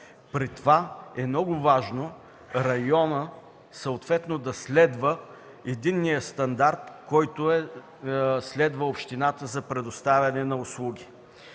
При това е много важно районът съответно да следва единния стандарт, който следва общината за предоставяне на услуги.